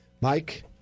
Mike